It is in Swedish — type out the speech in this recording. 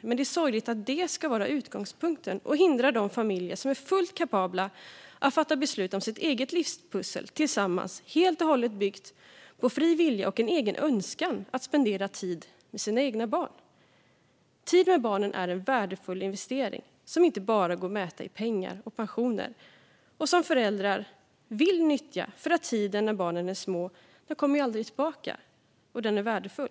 men det är sorgligt att det ska vara utgångspunkten och hindra de familjer som är fullt kapabla att fatta beslut om sitt eget livspussel tillsammans, helt och hållet byggt på fri vilja och en egen önskan om att spendera tid med sina barn. Tid med barnen är en värdefull investering som inte bara går att mäta i pengar och pensioner och som föräldrar vill göra. Tiden när barnen är små kommer aldrig tillbaka. Och den är värdefull.